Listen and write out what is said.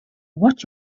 what